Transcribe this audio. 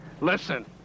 Listen